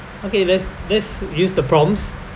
okay let's let's use the prompts